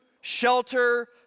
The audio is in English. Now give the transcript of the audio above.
shelter